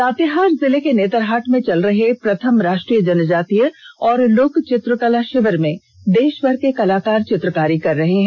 लातेहार जिले के नेतरहाट में चल रहे प्रथम राष्ट्रीय जनजातीय और लोक चित्रकला शिविर में देष भर के कलाकार चित्रकारी कर रहे हैं